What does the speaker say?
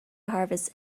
harvest